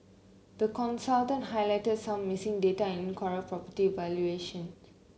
the consultant highlighted some missing data and incorrect property valuation